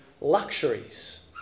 luxuries